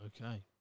Okay